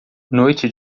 noite